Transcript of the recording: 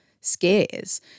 scares